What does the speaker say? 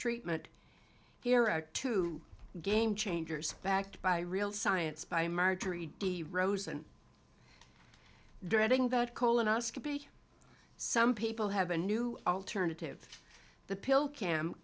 treatment here at two game changers backed by real science by marjorie de rose and dreading that coal in us could be some people have a new alternative the pill cam